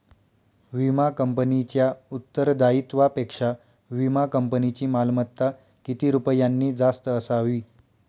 विमा कंपनीच्या उत्तरदायित्वापेक्षा विमा कंपनीची मालमत्ता किती रुपयांनी जास्त असावी?